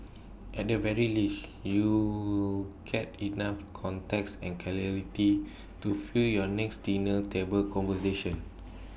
at the very least you'll get enough context and clarity to fuel your next dinner table conversation